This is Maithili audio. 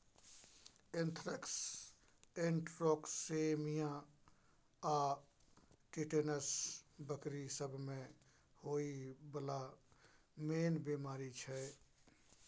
एन्थ्रेक्स, इंटरोटोक्सेमिया आ टिटेनस बकरी सब मे होइ बला मेन बेमारी छै